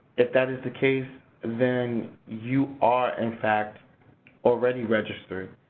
if that is the case then you are in fact already registered.